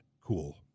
cool